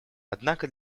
однако